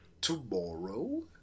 tomorrow